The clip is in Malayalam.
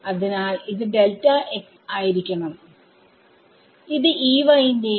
അതിനാൽ ഇത് ആയിരിക്കണം ഇത് Ey യും